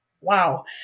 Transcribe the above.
wow